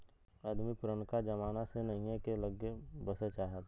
अदमी पुरनका जमाना से नहीए के लग्गे बसे चाहत